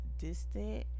distant